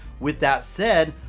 with that said,